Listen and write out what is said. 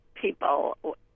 people